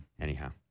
Anyhow